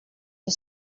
you